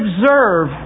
observe